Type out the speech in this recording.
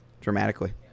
dramatically